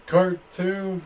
Cartoon